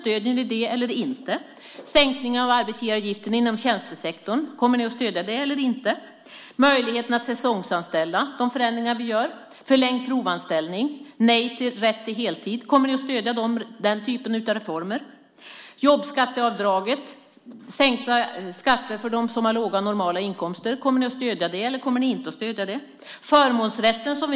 Stöder ni det eller inte? Hur är det med sänkningen av arbetsgivaravgiften inom tjänstesektorn? Kommer ni att stödja det eller inte? Hur är det med de förändringar vi gör när det gäller möjligheten att säsongsanställa? Hur är det när det gäller förlängd provanställning och nej till rätt till heltid? Kommer ni att stödja den typen av reformer? Hur är det med jobbskatteavdraget och sänkta skatter för dem som har låga och normala inkomster? Kommer ni att stödja det, eller kommer ni inte att stödja det? Vi återför nu förmånsrätten.